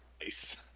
Nice